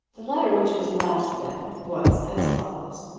the letter which was last read was as follows